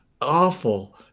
awful